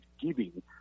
giving